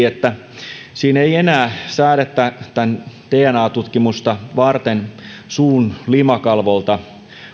että siinä ei enää säädetä dna tutkimusta varten suun limakalvolta